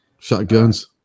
Shotguns